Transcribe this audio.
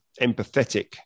empathetic